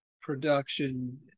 production